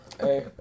hey